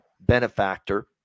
benefactor